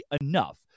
enough